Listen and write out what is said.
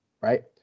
right